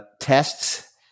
tests